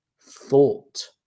thought